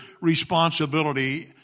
responsibility